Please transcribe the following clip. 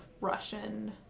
Russian